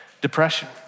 depression